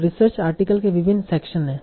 और research article के विभिन्न सेक्शन हैं